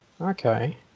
okay